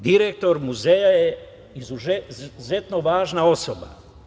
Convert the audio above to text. Direktno muzeja je izuzetno važna osoba.